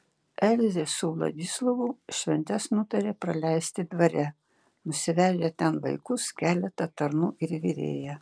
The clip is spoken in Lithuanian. elzė su vladislovu šventes nutarė praleisti dvare nusivežę ten vaikus keletą tarnų ir virėją